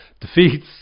defeats